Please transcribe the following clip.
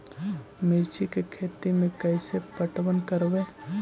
मिर्ची के खेति में कैसे पटवन करवय?